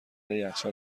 یخچال